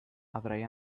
avrai